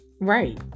right